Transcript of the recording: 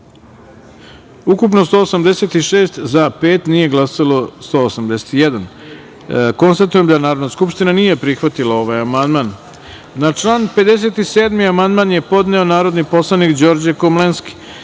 ukupno – 186, za – sedam, nije glasalo – 179.Konstatujem da Narodna skupština nije prihvatila ovaj amandman. Na član 76. amandman je podneo narodni poslanik Đorđe Komlenski. Stavljam